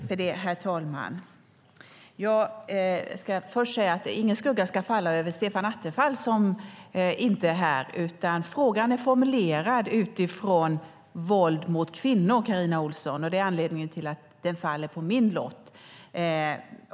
Herr talman! Låt mig säga att ingen skugga ska falla över Stefan Attefall, som inte är här. Frågan är formulerad utifrån våld mot kvinnor, Carina Ohlsson, och det är anledningen till att den faller på min lott.